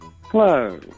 Hello